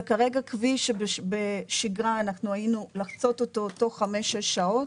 כרגע כביש שבשגרה אנחנו היינו לחצות אותו תוך חמש-שש שעות.